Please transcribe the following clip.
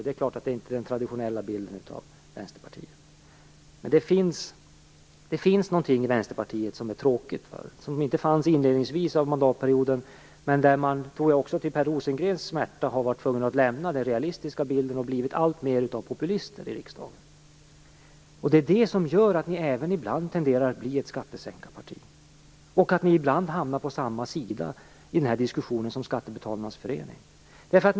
Det är inte den traditionella bilden av Vänsterpartiet. Men det finns något i Vänsterpartiet som är tråkigt och som inte fanns i inledningen av mandatperioden. Jag tror att man även till Per Rosengrens smärta har varit tvungen att lämna den realistiska bilden och blivit alltmer populister i riksdagen. Det är detta som gör att ni ibland även tenderar att bli ett skattesänkarparti och att ni ibland hamnar på samma sida som Skattebetalarnas förening i den här diskussionen.